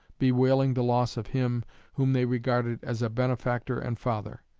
bewailing the loss of him whom they regarded as a benefactor and father.